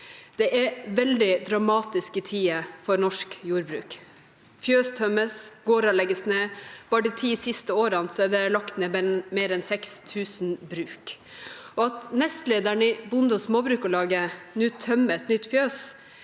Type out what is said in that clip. Det er veldig dramatiske tider for norsk jordbruk. Fjøs tømmes, og gårder legges ned. Bare de ti siste årene er det lagt ned mer enn 6 000 bruk. At nestlederen i Bonde- og Småbrukarlaget nå tømmer et nytt fjøs,